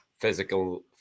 physical